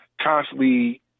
constantly